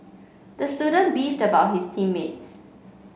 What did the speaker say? the student beefed about his team mates